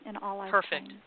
Perfect